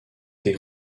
des